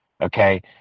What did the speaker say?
okay